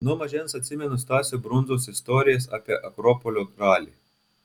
nuo mažens atsimenu stasio brundzos istorijas apie akropolio ralį